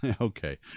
Okay